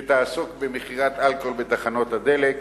שתעסוק במכירת אלכוהול בתחנות הדלק,